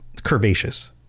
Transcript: curvaceous